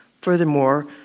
Furthermore